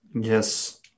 Yes